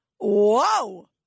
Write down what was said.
whoa